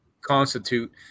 constitute